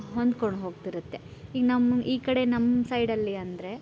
ಹೊಂದ್ಕೊಂಡು ಹೋಗ್ತಿರುತ್ತೆ ಈಗ ನಮ್ಮ ಈ ಕಡೆ ನಮ್ಮ ಸೈಡಲ್ಲಿ ಅಂದರೆ